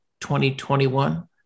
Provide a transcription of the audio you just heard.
2021